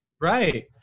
Right